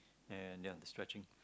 and ya stretching